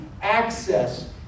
Access